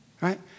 Right